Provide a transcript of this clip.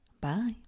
Bye